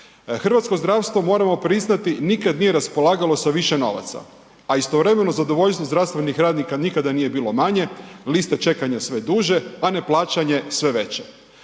Hrvatsko zdravstvo, moramo priznati, nikad nije raspolagalo sa više novaca, a istovremeno zadovoljstvo zdravstvenih radnika nikada nije bilo manje, liste čekanja sve duže, a neplaćanje sve veće.